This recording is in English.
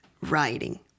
writing